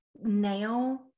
now